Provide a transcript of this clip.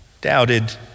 doubted